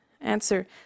Answer